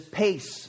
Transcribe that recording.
pace